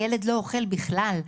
הילד לא אוכל בכלל.